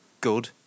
good